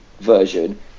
version